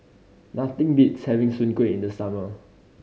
nothing beats having soon kway in the summer